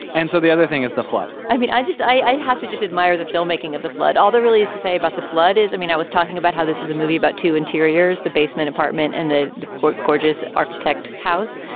and so the other thing is the flood i mean i just i have to just admire the filmmaking of the flood. all there really is to say about the flood is i mean i was talking about how this is a movie about two interiors the basement apartment and the gorgeous architect house.